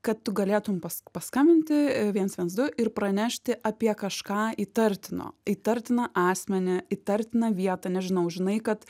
kad tu galėtum pas paskambinti viens viens du ir pranešti apie kažką įtartino įtartiną asmenį įtartiną vietą nežinau žinai kad